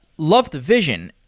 love the vision.